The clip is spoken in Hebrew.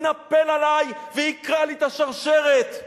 יתנפל עלי ויקרע לי את השרשרת.